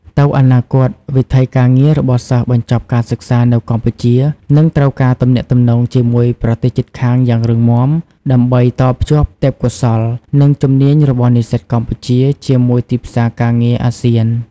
ទៅអនាគត វិថីការងាររបស់សិស្សបញ្ចប់ការសិក្សានៅកម្ពុជា នឹងត្រូវការទំនាក់ទំនងជាមួយប្រទេសជិតខាងយ៉ាងរឹងមាំ ដើម្បីតភ្ជាប់ទេព្យកោសល្យ និងជំនាញរបស់និស្សិតកម្ពុជាជាមួយទីផ្សារការងារ ASEAN។